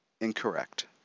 incorrect